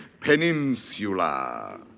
peninsula